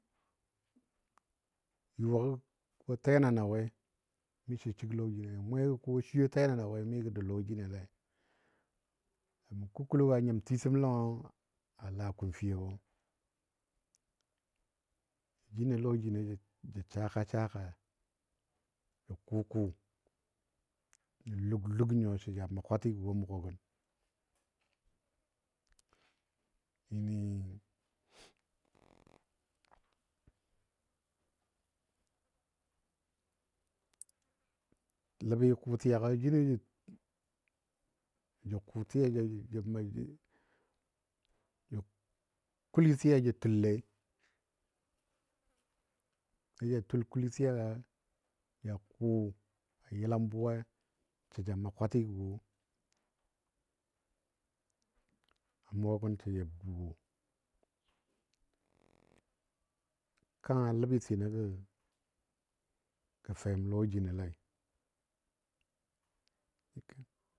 Yuwagɔ ko tena na we miso səg lɔjinɔle mwego ko swiyo tena na we migə. dou lɔjinle kaman kukulogɔ a nyim titəm lɔngɔ a laa kumfiyogɔ. Jino lɔ jino ja saka. saka nə lug lug nyo sə ja ma kwatigɔ a mʊgɔ gən ləbi kʊtiyagɔ jino ja kuli tiya jə tullei ga ja tul kuli tiyagɔ ja kʊ a yəlam buwai sə ja ma kwatigɔ wo a mʊgɔ gən səja buu wo kanga lebitinɔ ja fem lɔ jinolei.